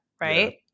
right